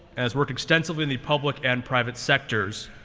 has worked extensively in the public and private sectors.